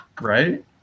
right